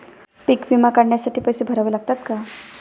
पीक विमा काढण्यासाठी पैसे भरावे लागतात का?